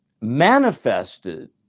manifested